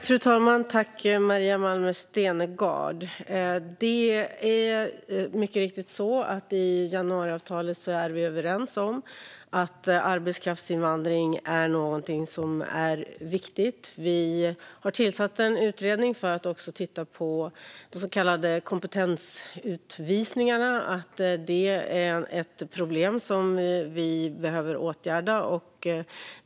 Fru talman! Tack för frågan, Maria Malmer Stenergard! Det är mycket riktigt så att vi i januariavtalet är överens om att arbetskraftsinvandring är någonting som är viktigt. Vi har tillsatt en utredning för att titta på de så kallade kompetensutvisningarna, som är ett problem som vi behöver åtgärda.